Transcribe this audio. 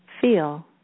Feel